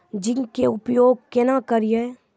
Zinc के उपयोग केना करये?